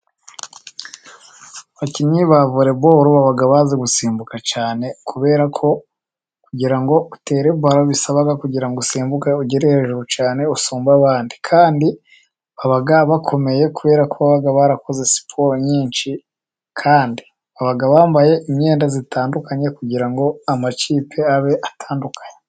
Abakinnyi ba vole bolo, baba bazi gusimbuka cyane, kubera ko kugira ngo utere balo bisaba, kugira ngo usimbuke ugere hejuru cyane usumbe abandi, kandi baba bakomeye kubera ko baba barakoze siporo nyinshi. Kandi baba bambaye imyenda itandukanye, kugira ngo amakipe abe atandukanye.